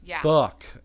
fuck